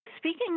Speaking